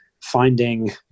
finding